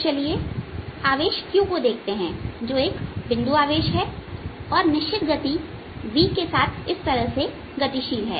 तो चलिए आवेश q को देखते हैंजो एक बिंदु आवेश है और निश्चित गति v के साथ इस तरह गतिशील है